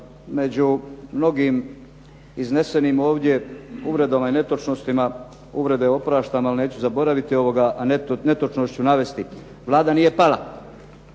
među mnogim iznesenim ovdje uvredama i netočnostima, uvrede opraštam ali neću zaboraviti, a netočnosti ću navesti. Vlada nije pala.